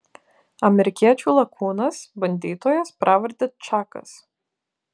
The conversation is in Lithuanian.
amerikiečių lakūnas bandytojas pravarde čakas